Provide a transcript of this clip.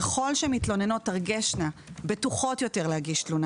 ככל שמתלוננות תרגשנה בטוחות יותר להגיש תלונה